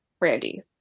randy